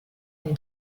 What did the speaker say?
une